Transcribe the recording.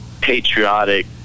patriotic